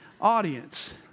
audience